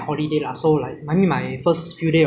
if I don't get then I continue my food delivery eh